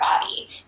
body